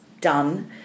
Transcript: done